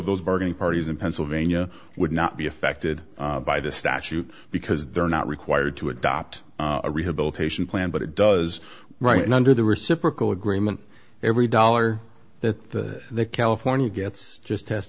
those bargaining parties in pennsylvania would not be affected by the statute because they're not required to adopt a rehabilitation plan but it does right now under the reciprocal agreement every dollar that the california gets just